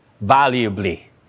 valuably